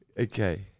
Okay